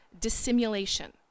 dissimulation